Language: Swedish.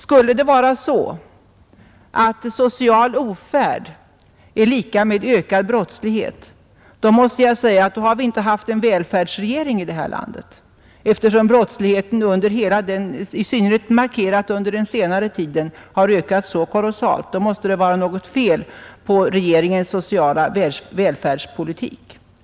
Skulle det vara så att social ofärd är lika med ökad brottslighet, då har vi inte haft en välfärdsregering här i landet. Eftersom brottsligheten i synnerhet under den senare tiden har ökat så kolossalt, måste det vara något fel på regeringens sociala välfärdspolitik.